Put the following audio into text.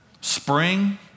spring